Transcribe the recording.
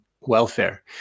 welfare